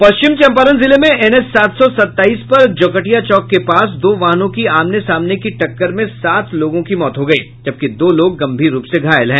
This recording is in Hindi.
पश्चिम चंपारण जिले में एनएच सात सौ सत्ताईस पर जौकटिया चौक के पास दो वाहनों की आमने सामने की टक्कर में सात लोगों की मौत हो गयी जबकि दो लोग गंभीर रूप से घायल हैं